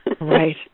Right